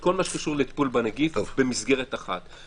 כל מה שקשור לטיפול בנגיף במסגרת אחת.